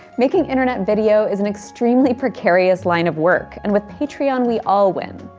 making internet video is an extremely precarious line of work, and with patreon we all win.